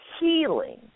healing